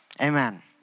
Amen